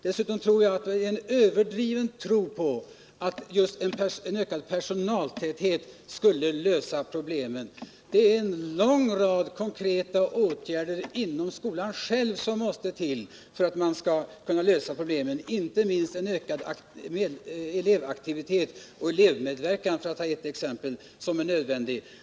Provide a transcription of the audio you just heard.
Dessutom tror jag att det är en överdriven tro på att en ökad personaltäthet skulle lösa alla problem. Det är en lång rad konkreta åtgärder inom skolan själv som måste till för att man skall kunna lösa problemen — inte minst en ökad elevaktivitet och elevmedverkan är nödvändig, för att ta ett exempel.